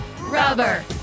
rubber